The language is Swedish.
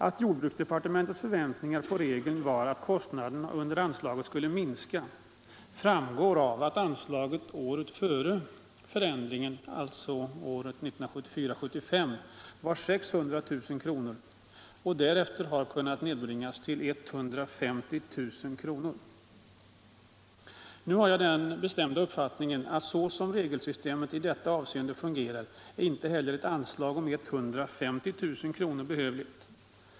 Att jordbruksdepartementets förväntningar på regeln var att kostnaden under anslaget skulle minska, framgår av att anslaget året före förändringen, 1974/75, var 600 000 kr. och därefter har kunnat nedbringas till 150 000 kr. Nu har jag den bestämda uppfattningen att så som regelsystemet i detta avseende fungerar är inte heller ett anslag om 150 000 kr. behövligt.